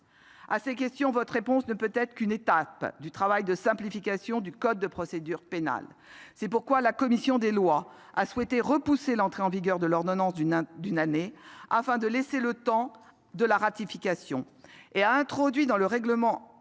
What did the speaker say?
À ces questions, votre réponse ne peut être qu'une étape du travail de la simplification de ce code. C'est pourquoi la commission des lois a souhaité repousser l'entrée en vigueur de l'ordonnance d'une année afin de laisser le temps de la ratification. Elle proposera par ailleurs